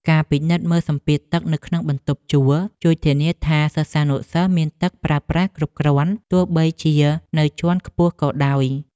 ការពិនិត្យមើលសម្ពាធទឹកនៅក្នុងបន្ទប់ជួលជួយធានាថា សិស្សានុសិស្សមានទឹកប្រើប្រាស់គ្រប់គ្រាន់ទោះបីជានៅជាន់ខ្ពស់ក៏ដោយ។